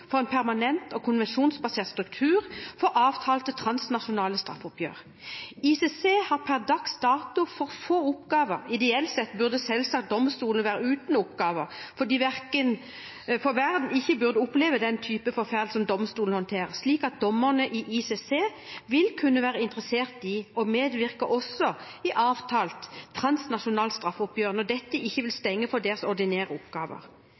for en permanent og konvensjonsbasert struktur for avtalte transnasjonale straffeoppgjør. ICC har per dags dato for få oppgaver – ideelt sett burde selvsagt domstolen være uten oppgaver, fordi verden ikke burde oppleve den typen forferdelige ting som domstolen håndterer – slik at dommerne i ICC vil kunne være interesserte i å medvirke også i avtalt transnasjonalt straffeoppgjør når dette ikke vil stenge for deres ordinære oppgaver.